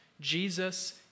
Jesus